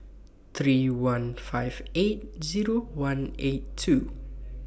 three one five eight Zero one eight two